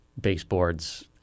baseboards